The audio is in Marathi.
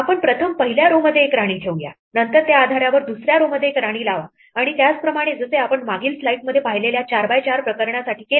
आपण प्रथम पहिल्या row मध्ये एक राणी ठेवूया नंतर त्या आधारावर दुसऱ्या row मध्ये एक राणी लावा आणि त्याचप्रमाणे जसे आपण मागील स्लाइड मध्ये पाहिलेल्या 4 बाय 4 प्रकरणासाठी केले